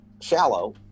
shallow